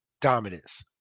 dominance